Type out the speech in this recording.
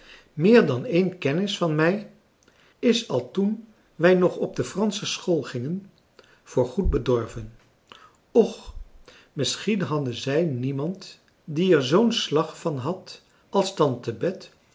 meer dan één kennis van mij is al toen wij nog op de fransche school gingen voorgoed bedorven och misschien hadden zij niemand die er zoo'n slag van had als tante bet